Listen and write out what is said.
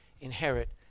inherit